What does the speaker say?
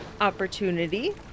opportunity